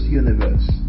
universe